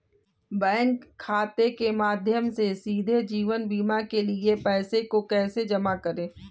Bank खाते के माध्यम से सीधे जीवन बीमा के लिए पैसे को कैसे जमा करें?